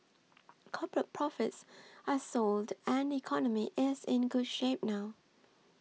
corporate profits are solid and the economy is in good shape now